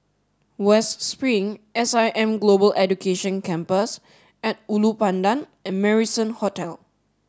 West Spring S I M Global Education Campus at Ulu Pandan and Marrison Hotel